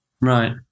right